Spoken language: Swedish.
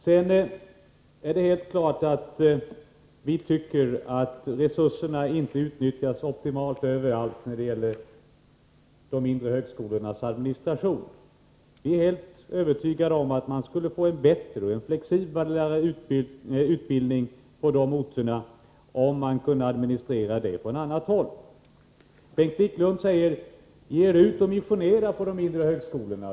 Vi tycker vidare att resurserna inte överallt utnyttjas optimalt när det gäller de mindre högskolornas administration. Vi är övertygade om att man skulle få en bättre och flexiblare utbildning på de mindre högskoleorterna, om de kunde administreras från annat håll. Bengt Wiklund säger: Ge er ut och missionera på de mindre högskolorna!